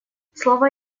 слово